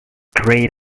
grayed